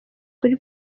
kuri